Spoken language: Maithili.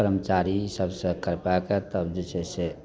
करमचारी सबसे करबैके तब जे छै से